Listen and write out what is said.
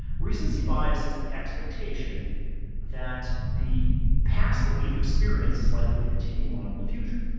recency bias is the expectation that the past that we've experienced is likely to continue on in the future.